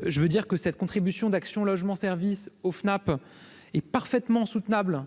je veux dire que cette contribution d'Action Logement service au FNAP est parfaitement soutenable,